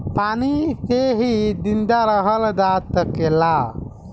पानी से ही जिंदा रहल जा सकेला